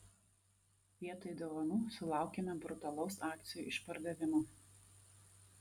vietoj dovanų sulaukėme brutalaus akcijų išpardavimo